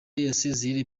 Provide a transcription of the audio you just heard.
yasezereye